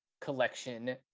collection